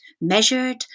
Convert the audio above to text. measured